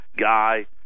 guy